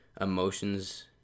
emotions